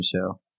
show